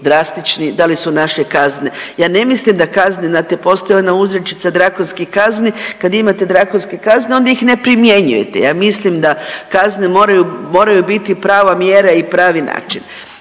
drastični, da li su naše kazne, ja ne mislim da kazne, znate postoji ona uzrečica drakonskih kazni, kad imate drakonske kazne onda ih ne primjenjujete. Ja mislim da kazne moraju, moraju biti prava mjera i pravi način.